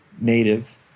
native